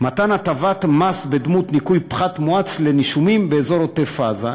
מתן הטבת מס בדמות ניכוי פחת מואץ לנישומים באזור עוטף-עזה.